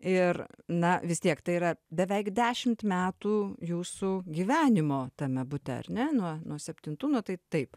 ir na vis tiek tai yra beveik dešimt metų jūsų gyvenimo tame bute ar ne nuo nuo septintų na tai taip